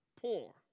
poor